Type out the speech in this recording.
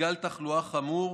מגל תחלואה חמור,